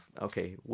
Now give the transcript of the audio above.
okay